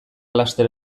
laster